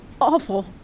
awful